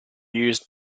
used